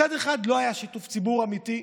מצד אחד לא היה שיתוף ציבור אמיתי,